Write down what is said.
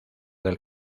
del